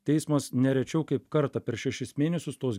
teismas ne rečiau kaip kartą per šešis mėnesius tos